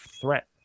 threat